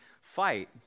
fight